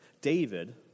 David